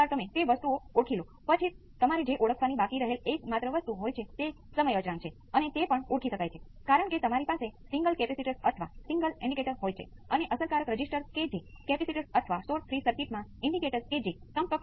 પરંતુ પછી તમે એમ ન કહી શકો કે વાસ્તવિક ભાગ ત્યાંથી આવી રહ્યો છે કારણ કે તમે સિસ્ટમની અંદર j ના કારણે જટિલ ભાગ પણ મેળવી શકો છો